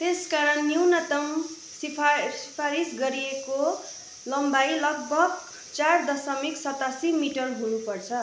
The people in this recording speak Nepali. त्यसकारण न्यूनतम सिफारिस गरिएको लम्बाइ लगभग चार दशमलव सतासी मिटर हुनुपर्छ